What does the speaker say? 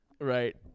Right